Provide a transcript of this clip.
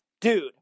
dude